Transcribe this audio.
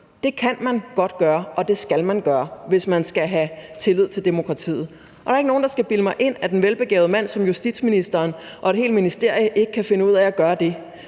frem, kan man godt gøre, og det skal man gøre, hvis man skal have tillid til demokratiet. Der er ikke nogen, der skal bilde mig ind, at en velbegavet mand som justitsministeren og et helt ministerie ikke kan finde ud af at gøre det